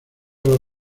los